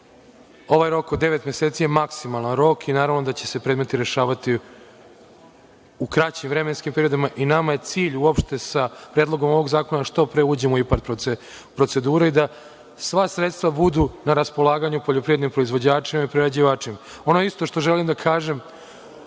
rok od devet meseci je maksimalan rok i naravno da će se predmeti rešavati u kraćim vremenskim periodima. Nama je cilj, uopšte sa Predlogom ovog zakona, da što pre uđemo u IPARD proceduru i da sva sredstva budu na raspolaganju poljoprivrednim proizvođačima i prerađivačima. Ono isto što želim da kažem